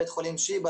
בית חולים שיבא,